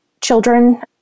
children